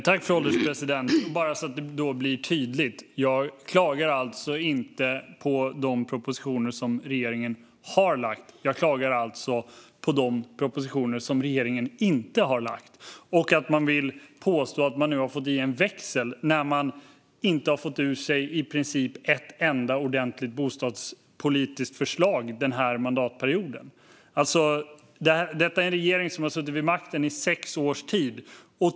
Fru ålderspresident! Bara så att det blir tydligt: Jag klagar inte på de propositioner som regeringen har lagt fram, utan jag klagar på de propositioner som regeringen inte har lagt fram. Nu vill man påstå att man har fått i en växel, men i princip har man inte fått ur sig ett enda ordentligt bostadspolitiskt förslag denna mandatperiod. Detta är alltså en regering som har suttit vid makten i sex års tid.